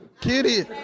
kitty